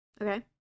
Okay